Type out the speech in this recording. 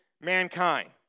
mankind